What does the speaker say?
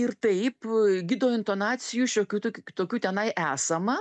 ir taip gido intonacijų šiokių tokių kitokių tenai esama